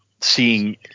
seeing